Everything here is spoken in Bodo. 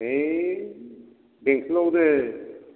है बेंटलावनो